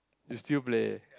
you still play